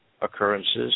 occurrences